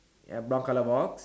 ya brown colour box